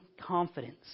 confidence